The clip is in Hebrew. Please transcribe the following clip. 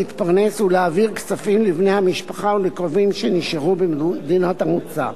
להתפרנס ולהעביר כספים לבני המשפחה ולקרובים שנשארו במדינות המוצא.